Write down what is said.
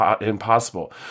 impossible